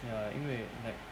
ya 因为 like